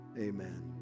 Amen